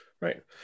right